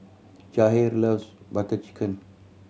Jahir loves Butter Chicken